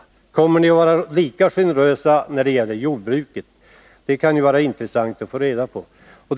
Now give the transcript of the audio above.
Kommer ni att vara lika generösa när det gäller jordbruket? Det kunde vara intressant att få veta det.